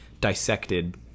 dissected